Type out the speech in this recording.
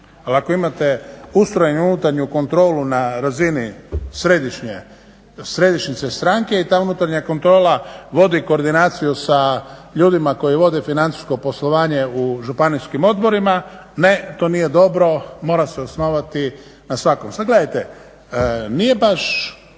ali ako imate ustrojenu unutarnju kontrolu na razini središnjice stranke i ta unutarnja kontrola vodi koordinaciju sa ljudima koji vode financijsko poslovanje u županijskim odborima, ne to nije dobro mora se osnovati na svakom. Sada gledajte, nije baš